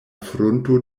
frunto